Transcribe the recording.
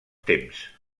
temps